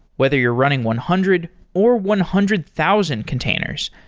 whether you're running one hundred or one hundred thousand containers,